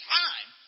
time